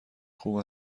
خوب